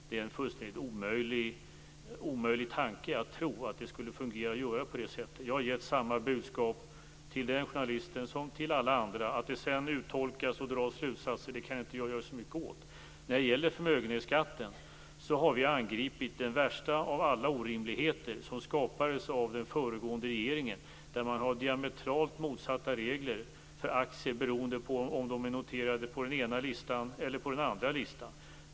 Det är en fullständigt omöjlig tanke att tro att det skulle fungera att göra på det sättet. Jag har gett samma budskap till den journalisten som till alla andra. Att det sedan uttolkas och att det dras slutsatser kan jag inte göra så mycket åt. När det gäller förmögenhetsskatten har vi angripit den värsta av alla orimligheter som skapades av den föregående regeringen, där man har diametralt motsatta regler för aktier beroende på om de är noterade på den ena listan eller på den andra.